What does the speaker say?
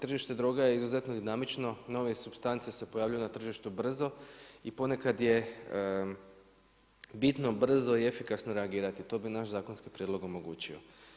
Tržište droga je izuzetno dinamično, nove supstance se pojavljuju na tržištu vrlo brzo i ponekad je bitno brzo i efikasno reagirati, to bi naš zakonski prijedlog omogućio.